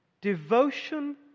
Devotion